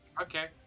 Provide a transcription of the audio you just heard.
okay